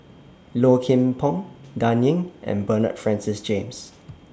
Low Kim Pong Dan Ying and Bernard Francis James